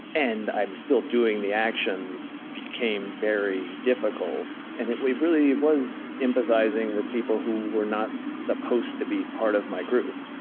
and i'm still doing the actions, became very difficult. and it really was empathizing with people who were not supposed to be part of my group